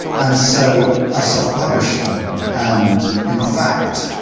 and so i self-published them. and in fact,